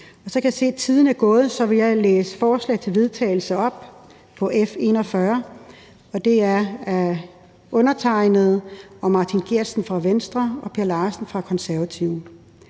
Så kan jeg se, at tiden er gået, så jeg vil læse et forslag til vedtagelse op, og det er på vegne af undertegnede, Martin Geertsen fra Venstre og Per Larsen fra Konservative: